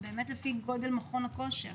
זה באמת לפי גודל מכון הכושר.